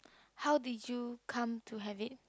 how did you come to have it